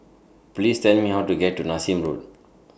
Please Tell Me How to get to Nassim Road